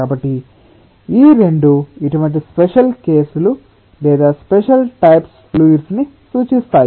కాబట్టి ఈ 2 ఇటువంటి స్పెషల్ కేసెస్ లు లేదా స్పెషల్ టైప్స్ ఫ్లూయిడ్స్ ని సూచిస్తాయి